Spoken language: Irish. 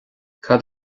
cad